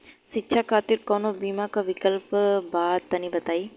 शिक्षा खातिर कौनो बीमा क विक्लप बा तनि बताई?